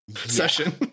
session